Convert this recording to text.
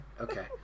Okay